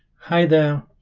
hi there,